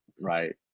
Right